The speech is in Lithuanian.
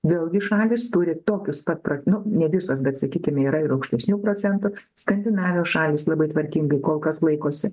vėlgi šalys turi tokius pat pra nu ne visos bet sakykime yra ir aukštesnių procentų skandinavijos šalys labai tvarkingai kol kas laikosi